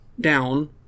down